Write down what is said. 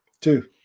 Two